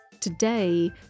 Today